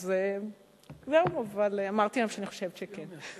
אז זהו, אבל אמרתי להם שאני חושבת שכן.